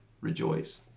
rejoice